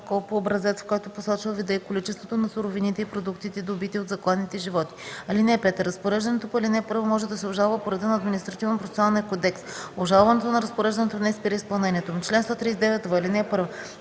по образец, в който посочва вида и количеството на суровините и продуктите, добити от закланите животни. (5) Разпореждането по ал. 1 може да се обжалва по реда на Административнопроцесуалния кодекс. Обжалването на разпореждането не спира изпълнението